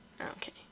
okay